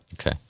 Okay